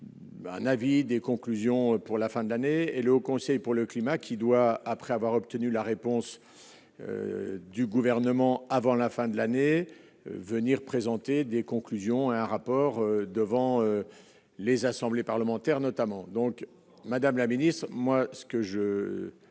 un avis des conclusions pour la fin de l'année et le Haut conseil pour le climat qui doit, après avoir obtenu la réponse du gouvernement avant la fin de l'année, venir présenter des conclusions un rapport devant les assemblées parlementaires notamment, donc, Madame la Ministre, moi ce que je